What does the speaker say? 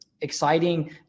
exciting